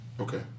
Okay